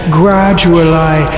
gradually